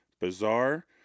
bizarre